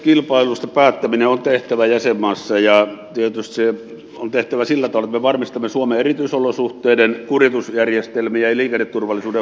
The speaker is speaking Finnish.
raidekilpailusta päättäminen on tehtävä jäsenmaassa ja tietysti tehtävä sillä tavalla että me varmistamme suomen erityisolosuhteiden kuljetusjärjestelmiä ja liikenneturvallisuuden huomioon ottamisen